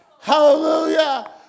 Hallelujah